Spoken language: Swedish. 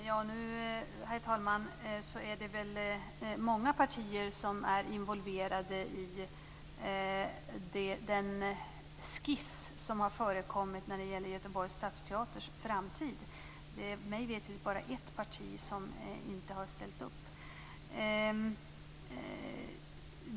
Herr talman! Det är väl många partier som är involverade i den skiss som har förekommit när det gäller framtiden för Göteborgs Stadsteater. Mig veterligt är det bara ett parti som inte har ställt upp.